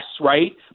Right